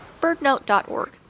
birdnote.org